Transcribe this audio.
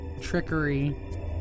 trickery